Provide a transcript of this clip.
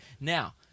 Now